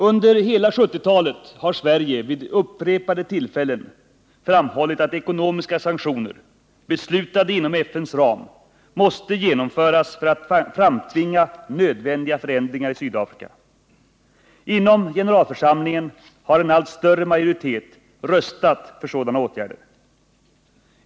Under hela 1970-talet har Sverige vid upprepade tillfällen framhållit att ekonomiska sanktioner beslutade inom FN:s ram måste genomföras för att framtvinga nödvändiga förändringar i Sydafrika. Inom generalförsamlingen har en allt större majoritet röstat för sådana åtgärder.